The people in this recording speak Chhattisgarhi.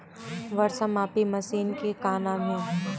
वर्षा मापी मशीन के का नाम हे?